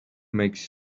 makes